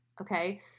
okay